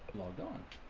logged on